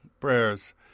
prayers